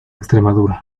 extremadura